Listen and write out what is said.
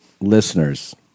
listeners